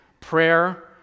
prayer